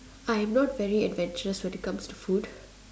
I'm not very adventurous when it comes to food